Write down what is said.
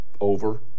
Over